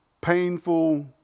painful